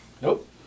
Nope